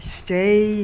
stay